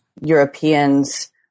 Europeans